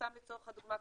סתם לצורך הדוגמה,